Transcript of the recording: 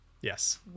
Yes